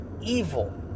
evil